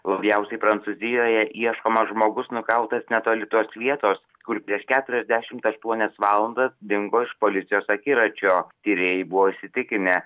labiausiai prancūzijoje ieškomas žmogus nukautas netoli tos vietos kur prieš keturiasdešimt aštuonias valandas dingo iš policijos akiračio tyrėjai buvo įsitikinę